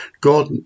God